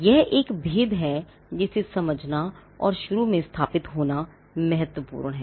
यह एक भेद है जिसे समझना और शुरू में स्थापित होना महत्वपूर्ण है